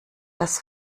das